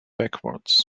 backwards